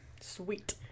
Sweet